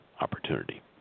opportunity